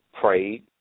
prayed